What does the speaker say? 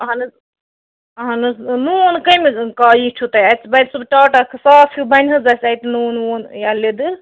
اہن حظ اہن حظ نوٗن کَمہِ کا یہِ چھُو تۄہہِ اَتہِ ٹاٹا صاف ہیوٗ بنہ حظ اَسہِ اَتہِ نوٗن ووٗن یا لیٚدٕر